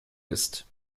ist